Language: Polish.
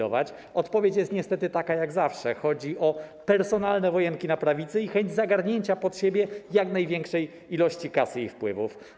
Odpowiedź jest niestety taka jak zawsze: chodzi o personalne wojenki na prawicy i chęć zagarnięcia pod siebie jak największej ilości kasy i wpływów.